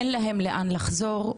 אין להם לאן לחזור,